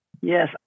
Yes